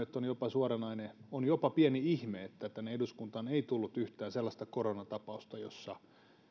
että on jopa suoranainen jopa pieni ihme että tänne eduskuntaan ei tullut yhtään sellaista koronatapausta jossa